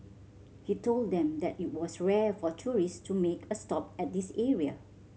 he told them that it was rare for tourist to make a stop at this area